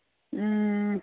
اۭں